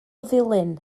ddulyn